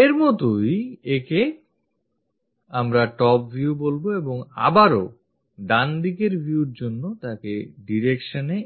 এর মতোই আমরা একে top view বলবো এবং আবারও ডানদিকের view র জন্য তাকে সেই direction এ